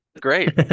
Great